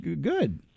good